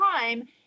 time